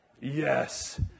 Yes